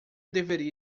deveria